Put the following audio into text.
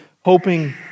hoping